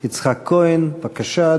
יצחק כהן, בבקשה,